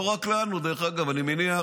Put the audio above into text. לא רק לנו, דרך אגב, אני מניח